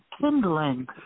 kindling